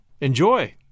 Enjoy